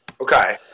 Okay